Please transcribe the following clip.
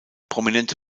prominente